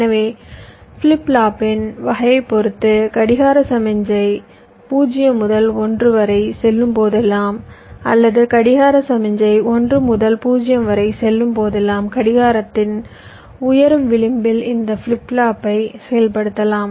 எனவே ஃபிளிப் ஃப்ளாப்பின் வகையைப் பொறுத்து கடிகார சமிக்ஞை 0 முதல் 1 வரை செல்லும் போதெல்லாம் அல்லது கடிகார சமிக்ஞை 1 முதல் 0 வரை செல்லும் போதெல்லாம் கடிகாரத்தின் உயரும் விளிம்பில் இந்த ஃபிளிப் ஃப்ளாப்பை செயல்படுத்தலாம்